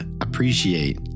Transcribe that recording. appreciate